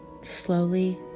slowly